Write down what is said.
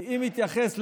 כי אם אתייחס,